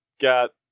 got